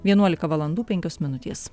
vienuolika valandų penkios minutės